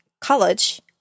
college